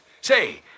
Say